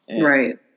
Right